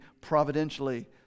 providentially